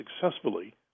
successfully